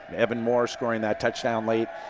evan moore scoring that touchdown late.